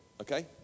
okay